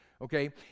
Okay